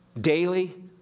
daily